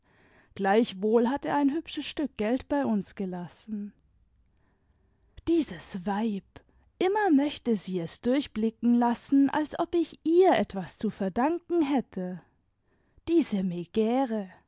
gleichwohl hat er ein hübsches stück geld bei uns gelassen dieses weibi immer möchte sie es durchblicken lassen als ob ich ihr etwas zu verdanken hätte i diese